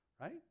right